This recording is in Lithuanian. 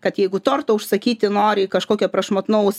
kad jeigu tortą užsakyti nori kažkokio prašmatnaus